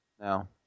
No